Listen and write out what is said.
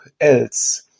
else